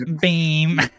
Beam